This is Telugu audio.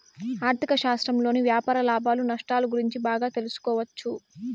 ఆర్ధిక శాస్త్రంలోని వ్యాపార లాభాలు నష్టాలు గురించి బాగా తెలుసుకోవచ్చు